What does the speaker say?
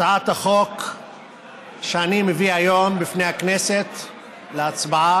הצעת החוק שאני מביא היום לפני הכנסת להצבעה,